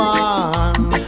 one